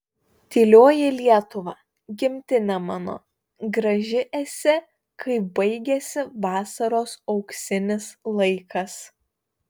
tylioji lietuva gimtine mano graži esi kai baigiasi vasaros auksinis laikas